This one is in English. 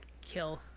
kill